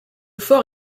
fort